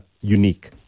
unique